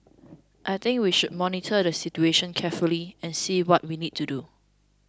I think we should monitor the situation carefully and see what we need to do